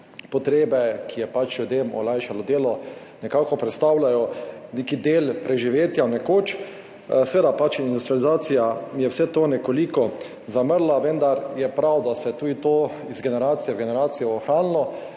potrebe, ki je ljudem olajšalo delo, predstavljajo nek del preživetja nekoč, seveda je zaradi industrializacije vse to nekoliko zamrlo, vendar je prav, da se je to tudi iz generacije v generacijo ohranilo